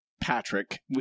Patrick